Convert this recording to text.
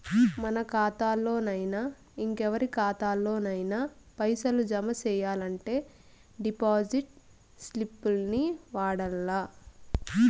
మన కాతాల్లోనయినా, ఇంకెవరి కాతాల్లోనయినా పైసలు జమ సెయ్యాలంటే డిపాజిట్ స్లిప్పుల్ని వాడల్ల